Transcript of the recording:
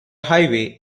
highway